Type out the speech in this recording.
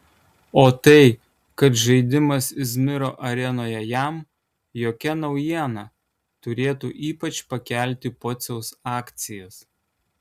o tai kad žaidimas izmiro arenoje jam jokia naujiena turėtų ypač pakelti pociaus akcijas